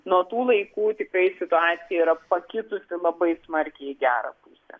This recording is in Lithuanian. nuo tų laikų tikrai situacija yra pakitusi labai smarkiai į gerą pusę